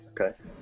Okay